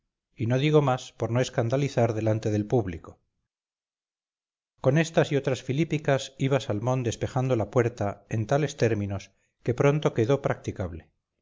y no digo más por no escandalizar delante del público con estas y otras filípicas iba salmón despejando la puerta en tales términos que pronto quedó practicable